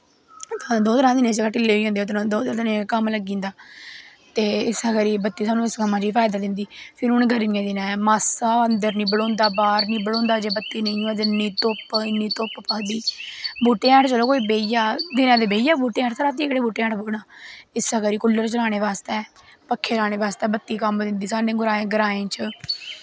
द'ऊ त्र'ऊं दिनैं च गै ढिल्ले होई जंदे द'ऊं त्र'ऊं दिनें च घम्मन लग्गी जंदा ते इस करी बत्ती सानूं इस कम्मा च बी फैदा दिंदी फिर उ'नैं गर्मियैं दिनैं मास्सा अन्दर निं बठोंदा बाह्र नि बठोंदा जे बत्ती नेईं होऐ इन्नी धुप्प भखदी बूह्टें हैट्ठ चलो कोई बेही जाह्ग दिनैं ते बेही जाह्ग बूह्टैं हैठ पर रातीं कनेह् बूह्टैं हैट्ठ बौह्ना इस्सै करी कुल्लर चलानै बास्तै पक्खे लानै बास्तै बत्ती कम्म दिंदी सानूं ग्राएं च